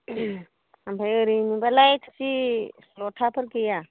ओमफ्राय ओरैनोबालाय थोरसि लथाफोर गैया